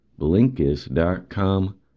Blinkist.com